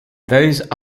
those